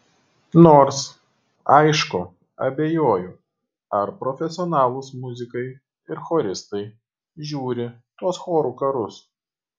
nors aišku abejoju ar profesionalūs muzikai ir choristai žiūri tuos chorų karus